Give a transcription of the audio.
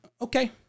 Okay